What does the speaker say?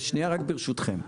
ברשותכם.